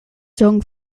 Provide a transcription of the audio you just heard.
sung